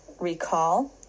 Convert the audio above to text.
recall